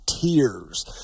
tears